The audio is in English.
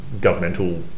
governmental